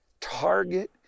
Target